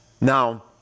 Now